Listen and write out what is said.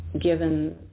Given